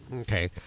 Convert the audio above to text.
Okay